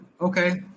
okay